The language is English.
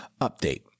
update